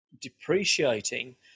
depreciating